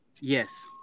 yes